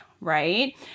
right